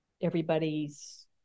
everybody's